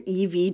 EV